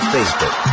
Facebook